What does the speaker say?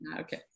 okay